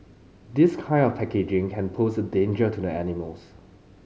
this kind of packaging can pose a danger to the animals